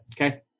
Okay